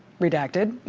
redacted.